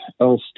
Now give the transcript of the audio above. else